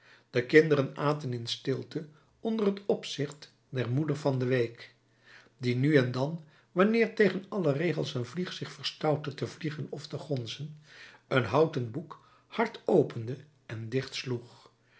de kinderen aten in stilte onder het opzicht der moeder van de week die nu en dan wanneer tegen alle regels een vlieg zich verstoutte te vliegen of te gonzen een houten boek hard opende en